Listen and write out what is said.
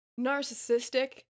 narcissistic